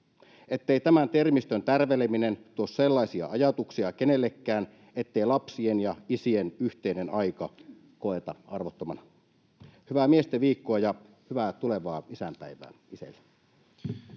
ettei tämän termistön tärveleminen tuo sellaisia ajatuksia kenellekään, että lapsien ja isien yhteinen aika koetaan arvottomana. Hyvää miesten viikkoa ja hyvää tulevaa isänpäivää